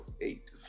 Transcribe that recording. eight